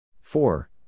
Four